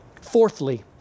Fourthly